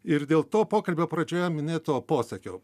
ir dėl to pokalbio pradžioje minėto posakio